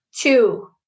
Two